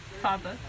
Father